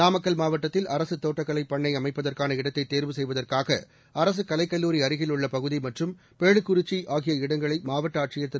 நாமக்கல் மாவட்டத்தில் அரசு தோட்டக்கலைப் பண்ணை அமைப்பதற்கான இடத்தை தேர்வு செய்வதற்காக அரசு கலைக் கல்லூரி அருகில் உள்ள பகுதி மற்றும் பேளுக்குறிச்சி ஆகிய இடங்களை மாவட்ட ஆட்சியர் திரு